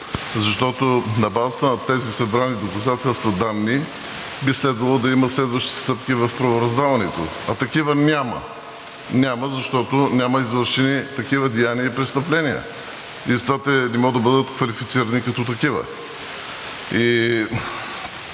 защото на базата на тези събрани доказателства, данни би следвало да има следващи стъпки в правораздаването. А такива няма. Няма, защото няма извършени такива деяния и престъпления. Затова те не могат да бъдат квалифицирани като такива.